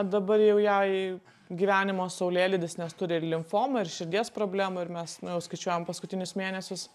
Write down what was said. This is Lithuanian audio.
dabar jau jai gyvenimo saulėlydis nes turi ir limfomą ir širdies problemų ir mes nu jau skaičiuojam paskutinius mėnesius